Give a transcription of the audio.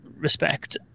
respect